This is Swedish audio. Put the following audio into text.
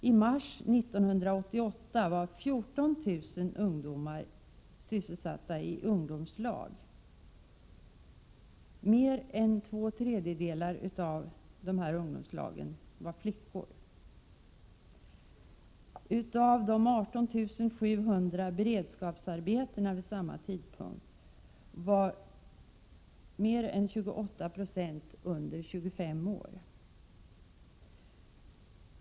I mars 1988 var 14 000 ungdomar sysselsatta i ungdomslag. Mer än två tredjedelar av dem som arbetade i dessa ungdomslag var flickor. Av de 18 700 personer som vid samma tidpunkt var beredskapsarbetare var mer än 28 96 under 25 år.